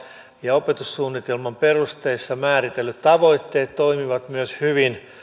ja opetussuunnitelman perusteissa määritellyt tavoitteet toimivat myös hyvin